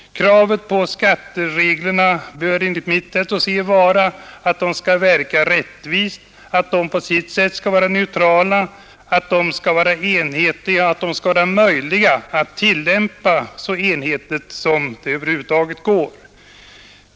Kravet på skattereglerna bör enligt mitt sätt att se vara att de skall verka rättvist, att de på sitt sätt skall vara neutrala, att de skall vara enhetliga och att de skall kunna tillämpas så enhetligt som det över huvud taget går.